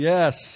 Yes